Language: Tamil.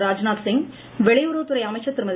ராஜ்நாத் சிங் வெளியுறவுத்துறை அமைச்சர் திருமதி